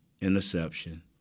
interception